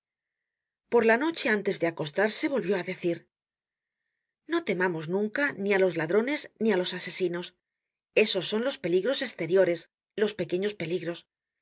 por la noche antes de acostarse volvió á decir no temamos nunca ni á los ladrones ni á los asesinos esos son los peligros esteriores los pequeños peligros